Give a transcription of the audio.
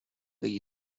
the